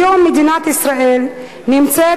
היום מדינת ישראל נמצאת,